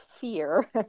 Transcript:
fear